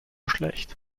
schlecht